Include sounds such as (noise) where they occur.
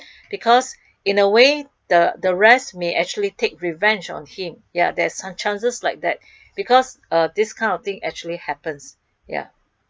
(breath) because in a way the the rest may actually take revenge on him ya there is chances like that (breath) because uh this kind of thing actually happens ya